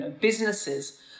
businesses